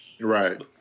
Right